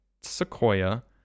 Sequoia